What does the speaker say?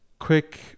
Quick